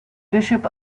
bishop